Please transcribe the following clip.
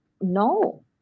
no